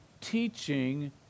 teaching